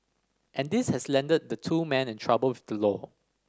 and this has landed the two men in trouble with the law